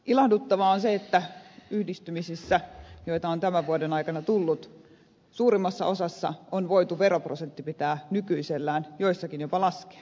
ilahduttavaa on se että yhdistymisissä joita on tämän vuoden aikana tullut suurimmassa osassa on voitu veroprosentti pitää nykyisellään joissakin jopa laskea